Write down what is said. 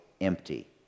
empty